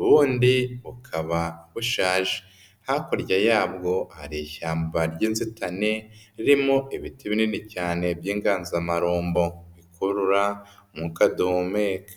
ubundi bukaba bushaje. Hakurya yabwo hari ishyamba ry'inzitane, ririmo ibiti binini cyane by'inganzamarumbo bikurura umwuka duhumeka.